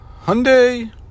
Hyundai